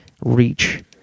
reach